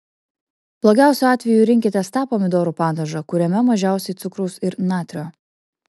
blogiausiu atveju rinkitės tą pomidorų padažą kuriame mažiausiai cukraus ir natrio